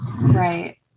right